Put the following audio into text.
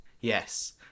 Yes